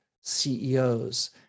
CEOs